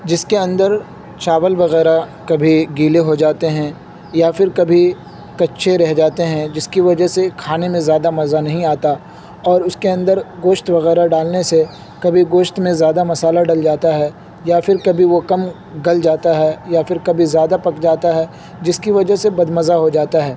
جس کے اندر چاول وغیرہ کبھی گیلے ہو جاتے ہیں یا پھر کبھی کچے رہ جاتے ہیں جس کی وجہ سے کھانے میں زیادہ مزہ نہیں آتا اور اس کے اندر گوشت وغیرہ ڈالنے سے کبھی گوشت میں زیادہ مسالہ ڈل جاتا ہے یا پھر کبھی وہ کم گل جاتا ہے یا پھر کبھی زیادہ پک جاتا ہے جس کی وجہ سے بدمزہ ہو جاتا ہے